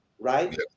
right